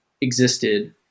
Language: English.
existed